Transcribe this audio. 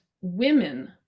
women